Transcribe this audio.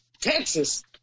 Texas